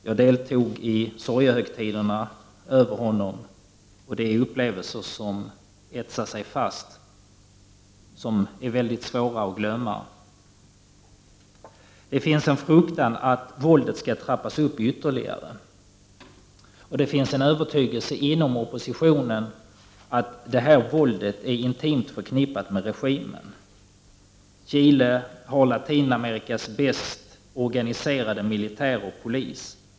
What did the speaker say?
Jag deltog i sorgehögtiderna över honom, och det är upplevelser som etsat sig fast och är mycket svåra att glömma. Det finns en fruktan att våldet skall trappas upp ytterligare, och det finns en övertygelse inom oppositionen att våldet är intimt förknippat med regimen. Chile har Latinamerikas bäst organiserade militär och polis.